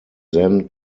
then